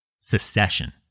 Secession